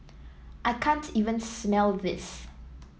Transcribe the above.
I can't even smell this